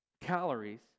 calories